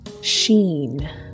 sheen